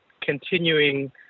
continuing